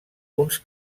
uns